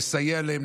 נסייע להם,